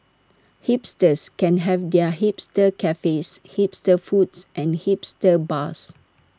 hipsters can have their hipster cafes hipster foods and hipster bars